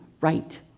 right